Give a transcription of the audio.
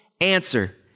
answer